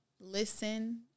listen